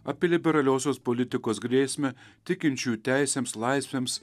apie liberaliosios politikos grėsmę tikinčiųjų teisėms laisvėms